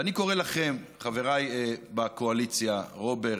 ואני קורא לכם, חבריי בקואליציה, רוברט,